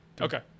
Okay